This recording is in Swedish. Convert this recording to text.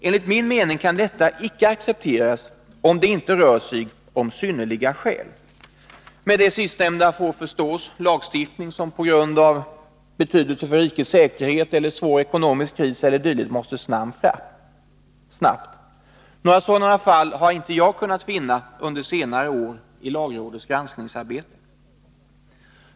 Enligt min mening kan detta icke accepteras om det icke rör sig om synnerliga skäl. Med det sistnämnda får förstås lagstiftning som på grund av betydelse för rikets säkerhet eller svår ekonomisk kris e. d. måste fram snabbt. Några sådana fall har inte jag kunnat finna under senare år i lagrådets granskningsarbete.